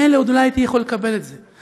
מילא, עוד אולי הייתי יכול לקבל את זה.